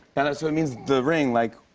and so it means the ring, like,